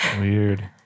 weird